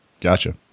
Gotcha